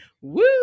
woo